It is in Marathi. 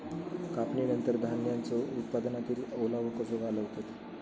कापणीनंतर धान्यांचो उत्पादनातील ओलावो कसो घालवतत?